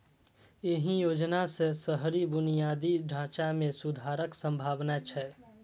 एहि योजना सं शहरी बुनियादी ढांचा मे सुधारक संभावना छै